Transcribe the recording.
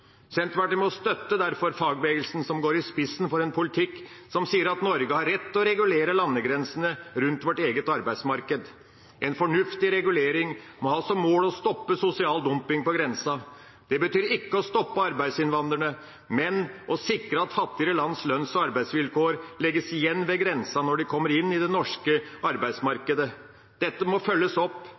Senterpartiet støtter derfor fagbevegelsen, som går i spissen for en politikk som sier at Norge har rett til å regulere landegrensene rundt vårt eget arbeidsmarked. En fornuftig regulering må ha som mål å stoppe sosial dumping på grensa. Det betyr ikke å stoppe arbeidsinnvandrerne, men å sikre at fattigere lands lønns- og arbeidsvilkår legges igjen ved grensa når de kommer inn i det norske arbeidsmarkedet. Dette må følges opp